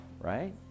right